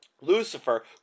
Lucifer